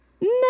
No